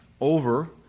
over